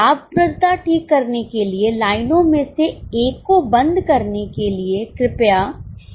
लाभप्रदता ठीक करने के लिए लाइनों में से एक को बंद करने के लिए कृपया एक रिपोर्ट तैयार करें